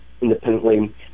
Independently